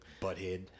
butthead